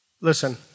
listen